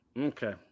Okay